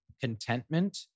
contentment